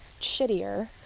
shittier